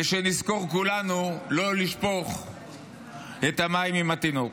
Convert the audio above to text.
ושנזכור כולנו לא לשפוך את המים עם התינוק.